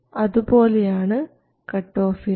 അതുപോലെയാണ് കട്ട് ഓഫിനും